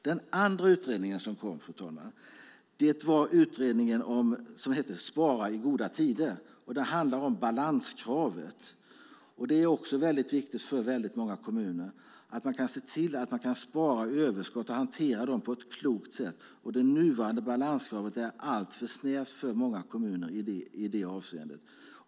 Den andra utredning som kom, fru talman, heter Spara i goda tider . Det handlar om balanskravet. Det är viktigt för många kommuner att de kan se till att spara överskott och hantera dem på ett klokt sätt. Det nuvarande balanskravet är alltför snävt för många kommuner i det avseendet.